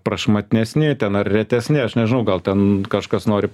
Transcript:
prašmatnesni ten ar retesni aš nežinau gal ten kažkas nori